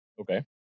okay